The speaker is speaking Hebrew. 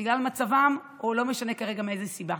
בגלל מצבם או לא משנה כרגע מאיזה סיבה.